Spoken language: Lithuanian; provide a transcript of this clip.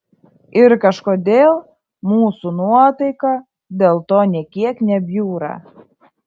ir kažkodėl mūsų nuotaika dėl to nė kiek nebjūra